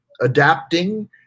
adapting